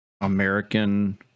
American